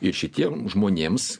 ir šitiem žmonėms